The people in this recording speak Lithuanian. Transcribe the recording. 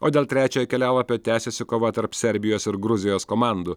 o dėl trečiojo kelialapio tęsiasi kova tarp serbijos ir gruzijos komandų